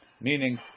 meaning